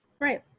right